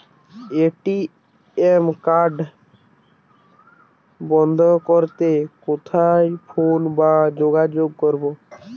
ATM card বন্ধ করতে কোথায় ফোন বা যোগাযোগ করব?